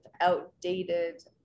outdated